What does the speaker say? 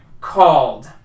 called